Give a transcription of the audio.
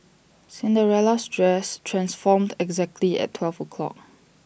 Cinderella's dress transformed exactly at twelve o'clock